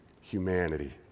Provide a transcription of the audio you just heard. Humanity